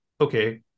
okay